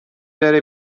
بره